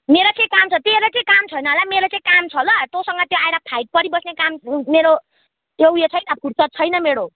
मेरो के काम छ तेरो चाहिँ काम छैन होला मेरो चाहिँ काम छ ल तँसँग आएर त्यो फाइट परिबस्ने काम मेरो त्यो उयो छैन फुर्सद छैन मेरो